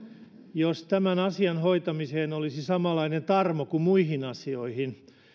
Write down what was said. jos tämän asian hoitamiseen olisi samanlainen tarmo kuin muihin asioihin